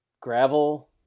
Gravel